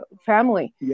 family